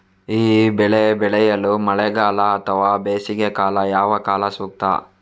ಈ ಬೆಳೆ ಬೆಳೆಯಲು ಮಳೆಗಾಲ ಅಥವಾ ಬೇಸಿಗೆಕಾಲ ಯಾವ ಕಾಲ ಸೂಕ್ತ?